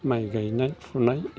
माइ गायनाय फुनाय